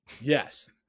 yes